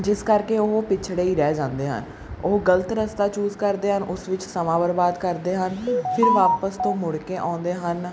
ਜਿਸ ਕਰਕੇ ਉਹ ਪਿਛੜੇ ਹੀ ਰਹਿ ਜਾਂਦੇ ਹਨ ਉਹ ਗਲਤ ਰਸਤਾ ਚੂਜ਼ ਕਰਦੇ ਹਨ ਉਸ ਵਿੱਚ ਸਮਾਂ ਬਰਬਾਦ ਕਰਦੇ ਹਨ ਫਿਰ ਵਾਪਸ ਤੋਂ ਮੁੜ ਕੇ ਆਉਂਦੇ ਹਨ